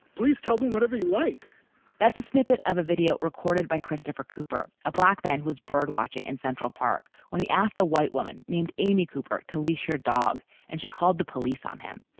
please tell them whatever you like that's a snippet of a video recorded by christopher cooper, a black man who was birdwatching in central park when he asked a white woman named amy cooper to leash her dog and she called the police on him.